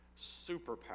Superpower